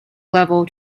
level